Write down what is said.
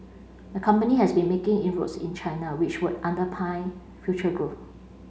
the company has been making inroads in China which would under pine future growth